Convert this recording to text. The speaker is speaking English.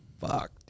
fuck